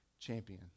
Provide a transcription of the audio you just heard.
champion